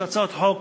יש הצעות חוק